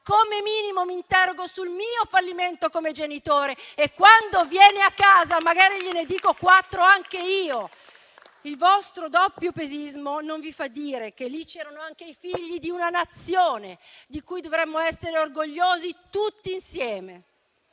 come minimo mi interrogo sul mio fallimento come genitore e quando viene a casa magari gliene dico quattro anche io! Il vostro doppiopesismo non vi fa dire che lì c'erano anche i figli di una Nazione di cui dovremmo essere orgogliosi tutti insieme.